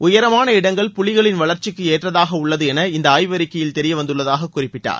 உயரமான இடங்கள் புலிகளின் வளர்ச்சிக்கு ஏற்றதாக உள்ளது என இந்த ஆய்வறிக்கையில் தெரிய வந்துள்ளதாக குறிப்பிட்டார்